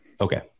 Okay